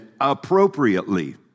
appropriately